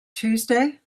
tuesday